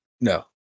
No